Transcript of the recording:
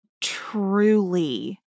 truly